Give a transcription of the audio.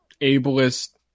ableist